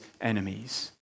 enemies